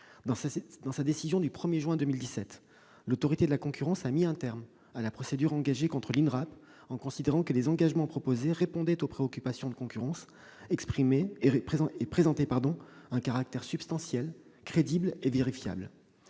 Dans sa décision du 1 juin 2017, l'Autorité de la concurrence a mis un terme à la procédure engagée contre l'INRAP. Elle a estimé que les engagements proposés répondaient aux préoccupations de concurrence exprimées et présentaient un caractère substantiel, crédible et vérifiable.